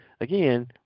again